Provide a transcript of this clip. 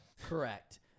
Correct